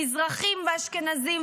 מזרחים ואשכנזים,